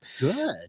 Good